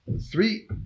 Three